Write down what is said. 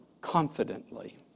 confidently